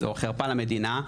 זו חרפה למדינה,